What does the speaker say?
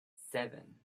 seven